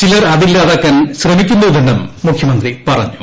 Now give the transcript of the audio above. ചിലർ അതില്ലാതാക്കാൻ ശ്രമിക്കുന്നുവെന്നും മുഖ്യമന്ത്രി പറഞ്ഞു